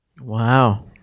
wow